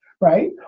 right